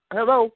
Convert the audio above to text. Hello